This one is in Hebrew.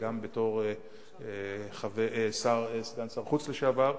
גם בתור סגן שר חוץ לשעבר,